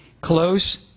close